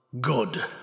Good